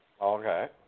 Okay